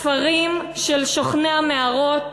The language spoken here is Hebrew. כפרים של שוכני המערות